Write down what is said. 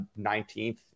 19th